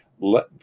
let